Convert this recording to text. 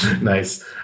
Nice